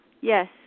Yes